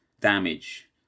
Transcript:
damage